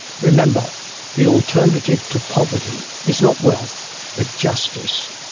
remember the alternative to poverty is not wealth but justice.